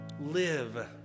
live